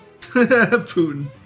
Putin